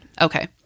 Okay